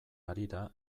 harira